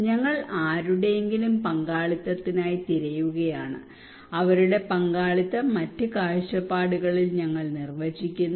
ഞങ്ങൾ ആരുടെയെങ്കിലും പങ്കാളിത്തത്തിനായി തിരയുകയാണ് അവരുടെ പങ്കാളിത്തം മറ്റ് കാഴ്ചപ്പാടുകളിൽ ഞങ്ങൾ നിർവ്വചിക്കുന്നു